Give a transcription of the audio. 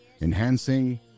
enhancing